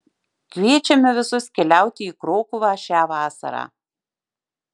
kviečiame visus keliauti į krokuvą šią vasarą